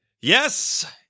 Yes